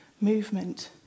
movement